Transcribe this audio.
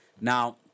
Now